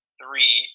three